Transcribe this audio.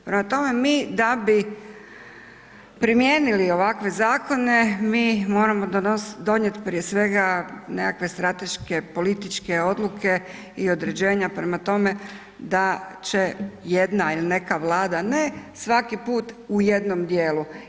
Prema tome mi, da bi primijenili ovakve zakone, mi moramo donijeti, prije svega nekakve strateške političke odluke i određenja, prema tome da će jedna ili neka Vlada, ne, svaki put u jednom dijelu.